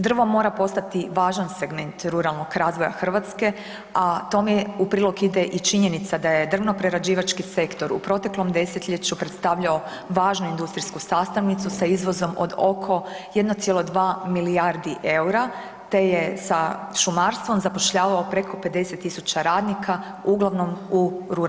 Drvo mora postati važan segment ruralnog razvoja Hrvatske, a tome u prilog ide i činjenica da je drvnoprerađivački sektor u proteklom desetljeću predstavljao važnu industrijsku sastavnicu sa izvozom od oko 1,2 milijardi eura te je sa šumarstvom zapošljavao preko 50 tisuća radnika uglavnom u ruralnim područjima.